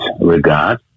regard